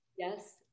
Yes